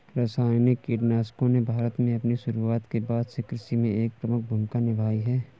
रासायनिक कीटनाशकों ने भारत में अपनी शुरूआत के बाद से कृषि में एक प्रमुख भूमिका निभाई हैं